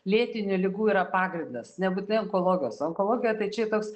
lėtinių ligų yra pagrindas nebūtinai onkologijos onkologijoje tai čia jau toks